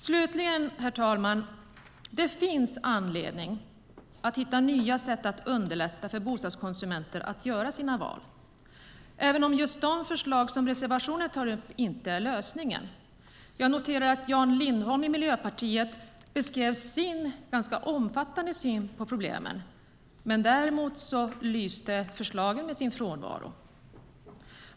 Slutligen, herr talman, finns det anledning att hitta nya sätt att underlätta för bostadskonsumenter att göra sina val, även om just de förslag som tas upp i reservationerna inte är lösningen. Jag noterade att Jan Lindholm i Miljöpartiet beskrev sin ganska omfattande syn på problemen, men däremot lyste förslagen med sin frånvaro.